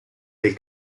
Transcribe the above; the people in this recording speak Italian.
del